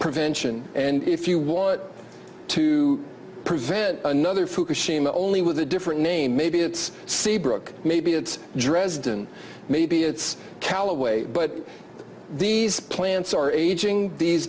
prevention and if you want to prevent another fukushima only with a different name maybe it's seabrook maybe it's dresden maybe it's callaway but these plants are aging these